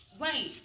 Right